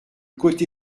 côté